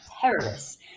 terrorists